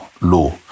law